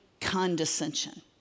condescension